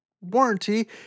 warranty